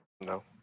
No